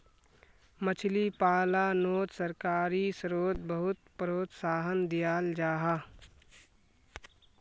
मछली पालानोत सरकारी स्त्रोत बहुत प्रोत्साहन दियाल जाहा